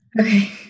Okay